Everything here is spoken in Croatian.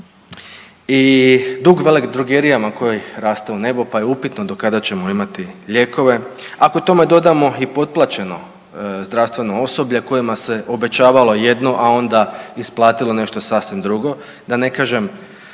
i dug veledrogerijama koji raste u nebo pa je upitno do kada ćemo imati lijekove, ako tome dodamo i potplaćeno zdravstveno osoblje kojima se obećavalo jedno, a onda isplatilo nešto sasvim drugo, da ne kažem